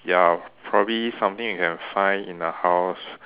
ya probably something you can find in the house